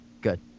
good